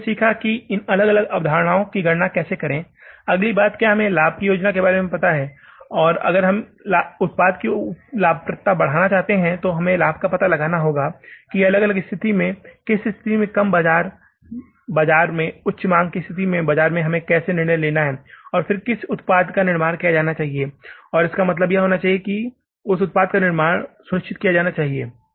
और हमने सीखा है कि इन अलग अलग अवधारणाओं की गणना कैसे करें अगली बात क्या हमें लाभ योजना के बारे में पता है अगर आप उत्पाद की लाभप्रदता बढ़ाना चाहते हैं तो हमें यह पता लगाना होगा कि अलग अलग स्थिति में किस स्थिति में कम मांग बाजार में उच्च मांग की स्थिति में बाजार में हमें कैसे निर्णय लेना चाहिए और किस उत्पाद का निर्माण किया जाना चाहिए और इसका मतलब यह होना चाहिए कि उस उत्पाद का उत्पादन सुनिश्चित किया जाना चाहिए